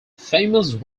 famous